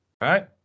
right